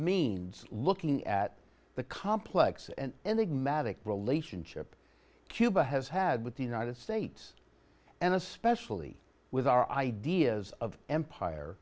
means looking at the complex and the magic relationship cuba has had with the united states and especially with our ideas of empire